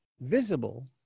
visible